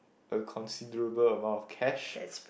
a considerable amount of cash